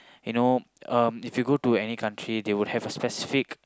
you know um if you go to any country they will have a specific